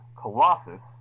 Colossus